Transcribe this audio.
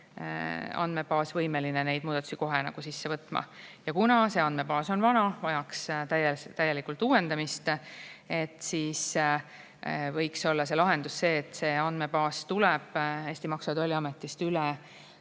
Kuna see andmebaas on vana ja vajaks täielikult uuendamist, siis võiks olla lahendus see, et see andmebaas tuleb Maksu- ja Tolliametist üle